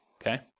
okay